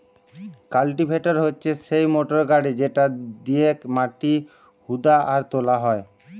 cultivator হচ্যে সিই motor গাড়ি যেটা দিয়েক মাটি হুদা আর তোলা হয়